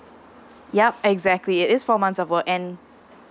yup exactly it is four months of work and